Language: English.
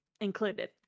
included